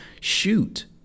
shoot